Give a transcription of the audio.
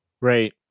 Right